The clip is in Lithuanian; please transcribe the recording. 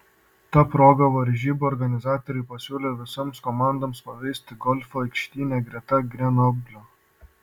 ta proga varžybų organizatoriai pasiūlė visoms komandoms pažaisti golfą aikštyne greta grenoblio